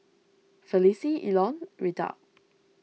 Felicie Elon Rita